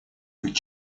быть